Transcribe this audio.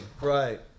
Right